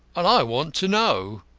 and i want to know.